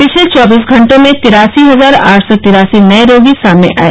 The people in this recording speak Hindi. पिछले चौबीस घंटों में तिरासी हजार आठ सौ तिरासी नये रोगी सामने आये